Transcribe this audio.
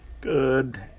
Good